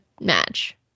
match